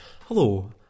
Hello